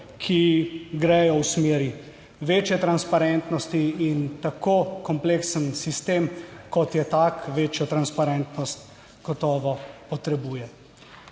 ki gredo v smeri večje transparentnosti in tako kompleksen sistem, kot je tak, večjo transparentnost gotovo potrebuje.